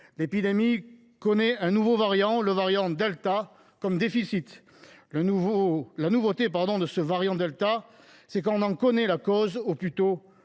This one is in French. L’épidémie connaît un nouveau variant, le variant delta – comme déficit. La nouveauté de ce variant delta, c’est que l’on en connaît la cause, ou plutôt